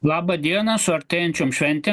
labą dieną su artėjančiom šventėm